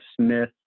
Smith